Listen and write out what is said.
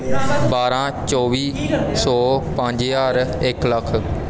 ਬਾਰ੍ਹਾਂ ਚੌਵੀ ਸੌ ਪੰਜ ਹਜ਼ਾਰ ਇੱਕ ਲੱਖ